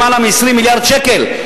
יותר מ-20 מיליארד שקל.